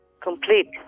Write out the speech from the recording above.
complete